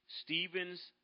Stephen's